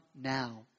now